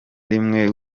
rimwe